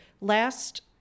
Last